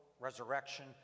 resurrection